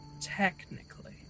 Technically